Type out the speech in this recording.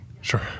Sure